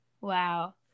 Wow